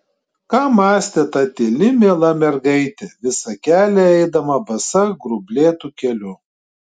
ką mąstė ta tyli miela mergaitė visą kelią eidama basa grublėtu keliu